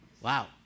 Wow